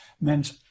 meant